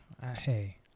hey